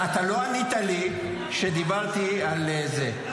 אתה לא ענית לי כשדיברתי על, זה.